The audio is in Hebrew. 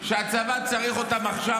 שהצבא צריך אותם עכשיו,